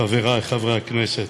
חברי חברי הכנסת,